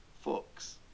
Fox